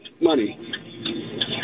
money